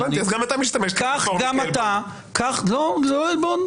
הבנתי, אז גם אתה משתמש --- לא, לא עלבון.